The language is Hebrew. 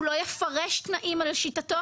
הוא לא יפרש תנאים על שיטתו,